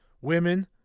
Women